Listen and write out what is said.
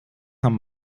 haben